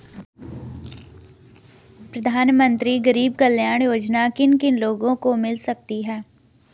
प्रधानमंत्री गरीब कल्याण योजना किन किन लोगों को मिल सकती है?